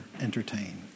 entertain